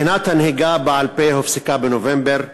בחינת הנהיגה בעל-פה הופסקה בנובמבר.